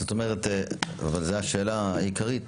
זו השאלה העיקרית